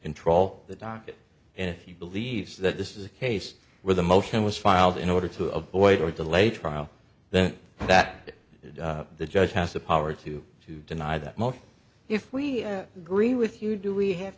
control the docket and if you believe that this is a case where the motion was filed in order to avoid or delay trial then that the judge has the power to to deny that motion if we agree with you do we have